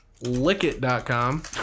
Lickit.com